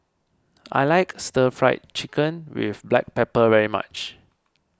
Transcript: I like Stir Fry Chicken with Black Pepper very much